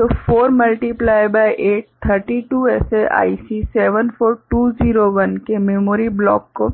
तो 4 गुणित 8 32 ऐसे IC74201 के मेमोरी ब्लॉकों को